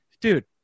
dude